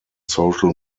social